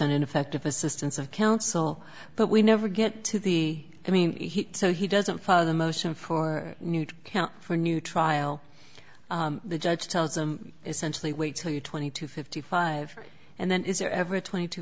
on ineffective assistance of counsel but we never get to the i mean he so he doesn't follow the motion for new count for a new trial the judge tells him essentially wait til you're twenty two fifty five and then is there every twenty t